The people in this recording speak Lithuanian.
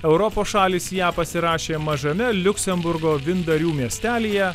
europos šalys ją pasirašė mažame liuksemburgo vyndarių miestelyje